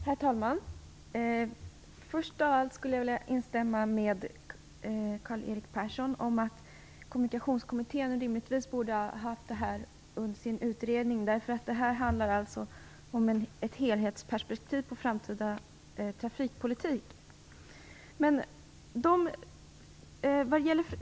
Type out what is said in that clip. Herr talman! Först vill jag instämma med Karl Erik Persson om att Kommunikationskommittén rimligen borde ha haft detta med i sin utredning. Det här handlar om ett helhetsperspektiv på den framtida trafikpolitiken.